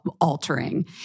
altering